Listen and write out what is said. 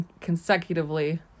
consecutively